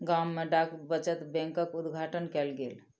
गाम में डाक बचत बैंकक उद्घाटन कयल गेल